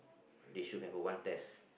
they should have a one test